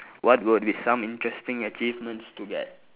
what would be some interesting achievements to get